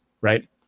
right